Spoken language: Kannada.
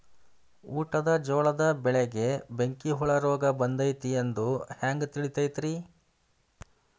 ಊಟದ ಜೋಳದ ಬೆಳೆಗೆ ಬೆಂಕಿ ಹುಳ ರೋಗ ಬಂದೈತಿ ಎಂದು ಹ್ಯಾಂಗ ತಿಳಿತೈತರೇ?